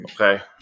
Okay